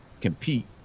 compete